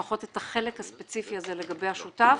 לפחות את החלק הספציפי הזה לגבי השותף,